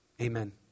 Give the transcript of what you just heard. amen